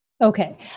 okay